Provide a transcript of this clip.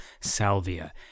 Salvia